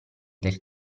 del